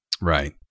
Right